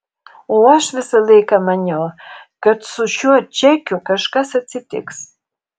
o aš visą laiką maniau kad su šiuo čekiu kažkas atsitiks